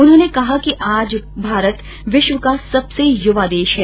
उन्होंने कहा कि भारत आज विश्व का सबसे युवा देश है